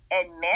admit